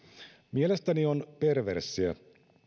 mielestäni on perverssiä